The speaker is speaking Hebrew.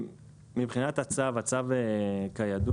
מבחינת הצו, הצו הוא החריג.